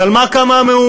אז על מה קמה המהומה?